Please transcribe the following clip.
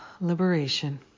Liberation